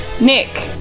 Nick